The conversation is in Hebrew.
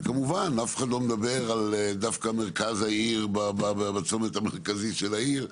שכמובן אף אחד לא מדבר דווקא על מרכז העיר ובצומת המרכזית של העיר,